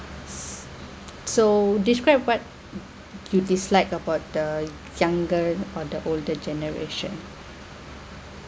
so describe what you dislike about the younger or the older generation